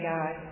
God